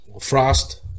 Frost